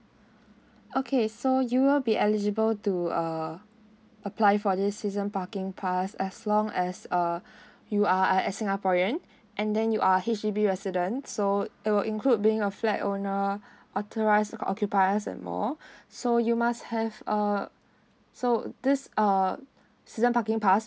okay so you will be eligible to uh apply for this season parking pass as long as uh you are a singaporean and then you are H_D_B resident so it will include being a flat owner authorised occupiers and more so you must have a so this (uu) season parking pass